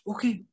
Okay